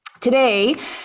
Today